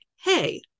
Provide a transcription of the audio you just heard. hey